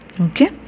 okay